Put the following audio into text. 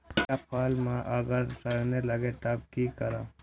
अमरुद क फल म अगर सरने लगे तब की करब?